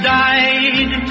died